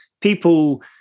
people